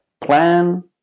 plan